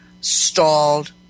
stalled